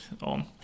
on